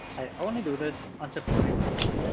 i only do this on supporting browsers.